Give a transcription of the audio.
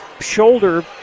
shoulder